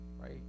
Right